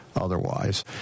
otherwise